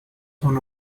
son